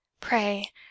pray